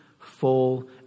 full